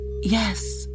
yes